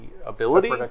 Ability